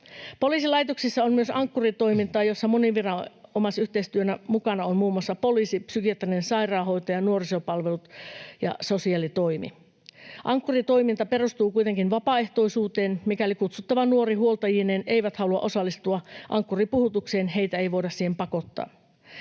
Poliisilaitoksissa on myös Ankkuri-toimintaa, jossa moniviranomaisyhteistyönä mukana ovat muun muassa poliisi, psykiatrinen sairaanhoitaja, nuorisopalvelut ja sosiaalitoimi. Ankkuri-toiminta perustuu kuitenkin vapaaehtoisuuteen. Mikäli kutsuttava nuori huoltajineen ei halua osallistua Ankkuri-puhutukseen, heitä ei voida siihen pakottaa.